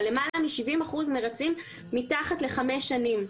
אבל למעלה מ-70% מרצים מתחת לחמש שנים,